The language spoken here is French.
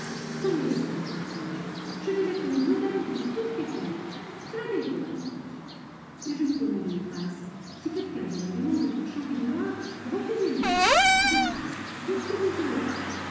repris-je je vais être le modèle de toute l'école credete a me mais je vous demande une grâce si quelqu'un vient me demander pour chanter dehors refusez moi de grâce dites que vous ne pouvez pas